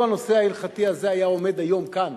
לו הנושא ההלכתי הזה היה עומד היום כאן